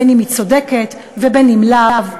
בין שהיא צודקת ובין שלאו,